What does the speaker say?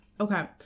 Okay